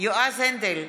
יועז הנדל,